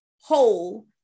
Whole